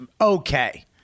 okay